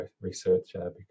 researcher